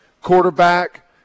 Quarterback